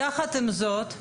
יחד עם זאת,